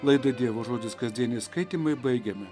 laidą dievo žodis kasdieniai skaitymai baigiame